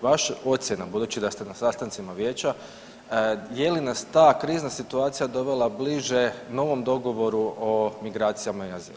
Vaš ocjena, budući da ste na sastancima Vijeća, je li nas ta krizna situacija dovelo bliže novom dogovoru o migracijama i azilu?